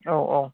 औ औ